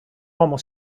uomo